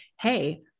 hey